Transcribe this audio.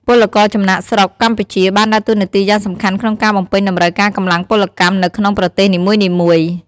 ពលករចំណាកស្រុកកម្ពុជា បានដើរតួនាទីយ៉ាងសំខាន់ក្នុងការបំពេញតម្រូវការកម្លាំងពលកម្មនៅក្នុងប្រទេសនីមួយៗ ។